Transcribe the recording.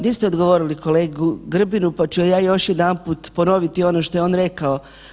Niste odgovorili kolegi Grbinu pa ću je ja još jedanput ponoviti ono što je on rekao.